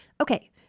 Okay